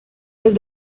los